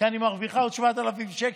כי אני מרוויחה עוד 7,000 שקלים.